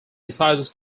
decides